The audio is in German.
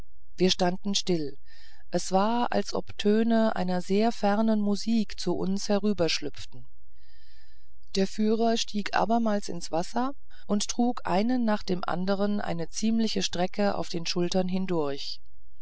wir standen still es war als ob töne einer sehr fernen musik zu uns herüberschlüpften der führer stieg abermals ins wasser und trug einen nach dem anderen eine ziemliche strecke auf den schultern hindurch